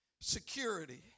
security